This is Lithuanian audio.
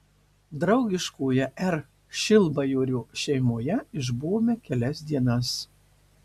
draugiškoje r šilbajorio šeimoje išbuvome kelias dienas